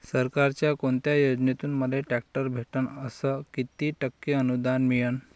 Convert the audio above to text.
सरकारच्या कोनत्या योजनेतून मले ट्रॅक्टर भेटन अस किती टक्के अनुदान मिळन?